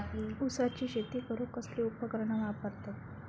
ऊसाची शेती करूक कसली उपकरणा वापरतत?